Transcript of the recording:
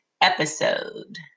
episode